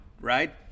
right